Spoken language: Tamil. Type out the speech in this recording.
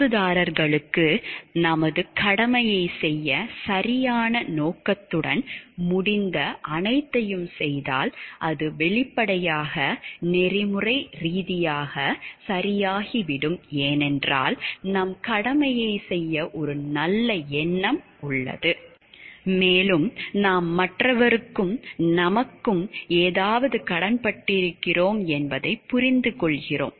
பங்குதாரர்களுக்கு நமது கடமையைச் செய்ய சரியான நோக்கத்துடன் முடிந்த அனைத்தையும் செய்தால் அது வெளிப்படையாக நெறிமுறை ரீதியாக சரியாகிவிடும் ஏனென்றால் நம் கடமையைச் செய்ய ஒரு நல்ல எண்ணம் உள்ளது மேலும் நாம் மற்றவருக்கும் நமக்கும் ஏதாவது கடன்பட்டிருக்கிறோம் என்பதை புரிந்துகொள்கிறோம்